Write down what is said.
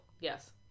Yes